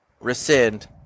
Rescind